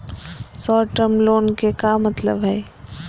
Short term loan के का मतलब हई?